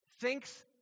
thinks